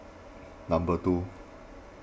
number two